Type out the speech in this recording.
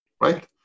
Right